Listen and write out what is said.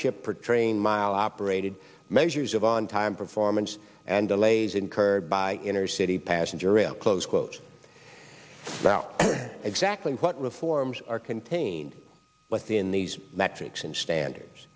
ship or train mile operated measures of on time performance and delays incurred by inner city passenger rail close quote now exactly what reforms are contained within these metrics and standards